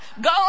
go